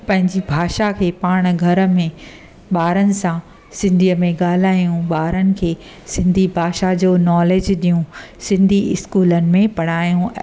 पंहिंजी भाषा खे पाण घर में ॿारनि सां सिंधीअ में ॻाल्हाइयूं ॿारनि खे सिंधी भाषा जो नॉलैज ॾियूं सिंधी इस्कूलनि में पढ़ायूं ऐं